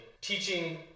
teaching